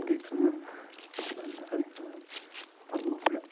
پتہٕ گٔے کٲم پتہٕ لٲج مےٚ کَرٕنۍ کٲم پتہٕ لوگ مےٚ